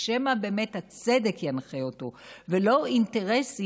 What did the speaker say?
שמא באמת הצדק ינחה אותו ולא אינטרסים